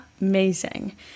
Amazing